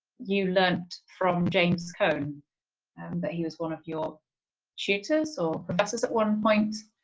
you learnt from james cone that he was one of your tutors or professors at one point.